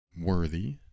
worthy